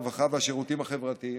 הרווחה והשירותים החברתיים,